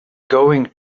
going